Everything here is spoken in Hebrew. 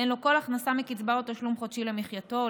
אין לו כל הכנסה מקצבה או מתשלום חודשי למחייתו,